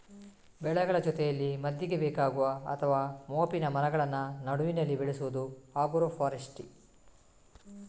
ಬೆಳೆಗಳ ಜೊತೆಯಲ್ಲಿ ಮದ್ದಿಗೆ ಬೇಕಾಗುವ ಅಥವಾ ಮೋಪಿನ ಮರಗಳನ್ನ ನಡುವಿನಲ್ಲಿ ಬೆಳೆಸುದು ಆಗ್ರೋ ಫಾರೆಸ್ಟ್ರಿ